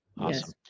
Awesome